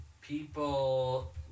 People